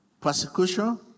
persecution